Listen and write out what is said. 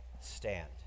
stand